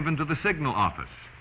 given to the signal office